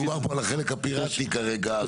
--- מדובר פה על החלק הפיראטי כרגע.